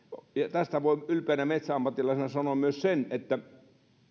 tästä voin ylpeänä metsäammattilaisena sanoa myös sen että